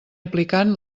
aplicant